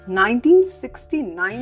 1969